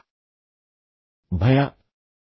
ಅವರು ಭಯಭೀತರಾಗಿದ್ದಾರೆ